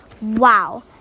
Wow